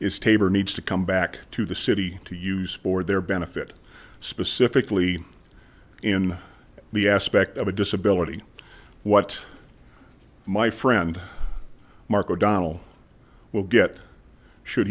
is taber needs to come back to the city to use for their benefit specifically in the aspect of a disability what my friend mark o'donnell will get should